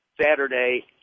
Saturday